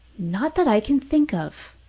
not that i can think of,